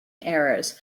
errors